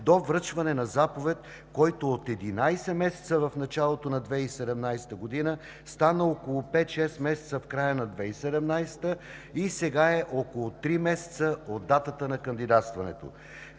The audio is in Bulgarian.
до връчване на заповед, който от 11 месеца в началото на 2017 г. стана около пет-шест месеца в края на 2017 г. и сега е около три месеца от датата на кандидатстването.